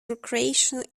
recreational